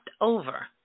over